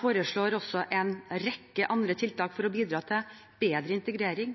foreslår også en rekke andre tiltak for å bidra til bedre integrering